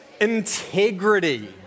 integrity